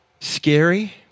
scary